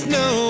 no